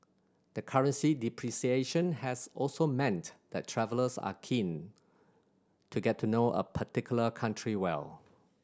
the currency depreciation has also meant that travellers are keen to get to know a particular country well